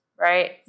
right